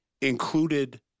included